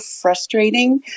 frustrating